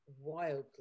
wildly